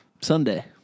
Sunday